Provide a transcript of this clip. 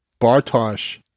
Bartosh